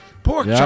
Pork